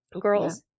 girls